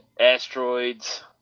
Asteroids